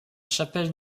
chapelle